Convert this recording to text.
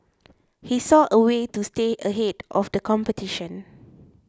he saw a way to stay ahead of the competition